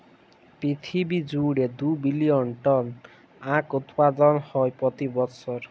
পিরথিবী জুইড়ে দু বিলিয়ল টল আঁখ উৎপাদল হ্যয় প্রতি বসর